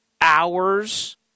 hours